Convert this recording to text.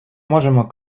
можемо